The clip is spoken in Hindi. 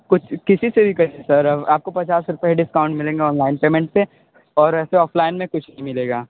कुछ किसी से भी करिए सर आपको पचास रूपए डिस्काउंट मिलेंगे ऑनलाइन पेमेंट पे और ऐसे ऑफलाइन में कुछ नहीं मिलेगा